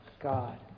God